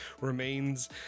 remains